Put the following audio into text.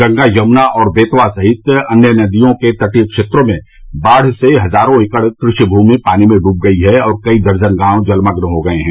गंगा यमुना और बेतवा सहित अन्य नदियों के तटीय क्षेत्रों में बाढ़ से हजारों एकड़ कृषि भूमि पानी में डूब गई है और कई दर्जन गांव जलमग्न हो गये हैं